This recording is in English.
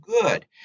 good